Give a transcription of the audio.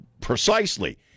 precisely